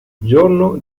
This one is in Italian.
giorno